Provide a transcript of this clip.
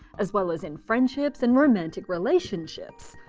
as well as in friendships and romantic relationships.